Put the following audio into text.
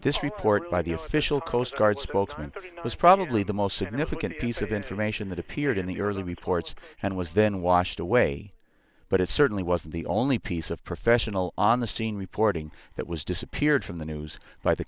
this report by the official coast guard spokesman for me was probably the most significant piece of information that appeared in the early reports and was then washed away but it certainly wasn't the only piece of professional on the scene reporting that was disappeared from the news by the